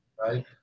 right